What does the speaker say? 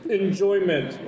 enjoyment